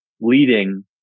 leading